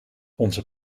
onze